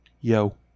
Yo